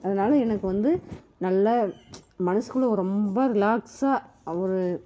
அதனால் எனக்கு வந்து நல்ல மனதுக்குள்ள ஒரு ரொம்ப ரிலாக்ஸாக ஒரு